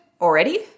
already